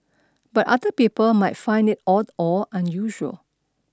but other people might find it odd or unusual